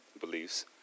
beliefs